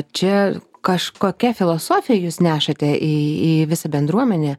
čia kažkokia filosofija jūs nešate į į visą bendruomenę